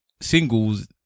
singles